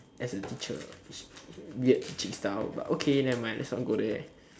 as a teacher weird teaching style but okay nevermind let's not go there